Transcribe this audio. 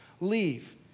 leave